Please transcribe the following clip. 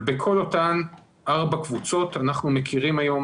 בכל אותן ארבע קבוצות אנחנו מכירים היום